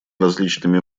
различными